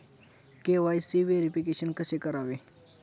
KYC verification कसे करावे?